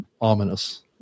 ominous